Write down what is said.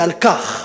ועל כך,